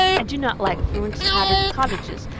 i do not like ruined, tattered cottages.